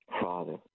Father